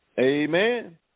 Amen